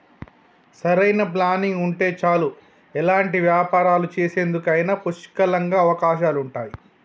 సరైన ప్లానింగ్ ఉంటే చాలు ఎలాంటి వ్యాపారాలు చేసేందుకైనా పుష్కలంగా అవకాశాలుంటయ్యి